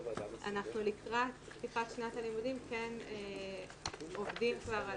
אנחנו לקראת פתיחת שנת הלימודים עובדים כבר על